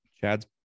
Chad's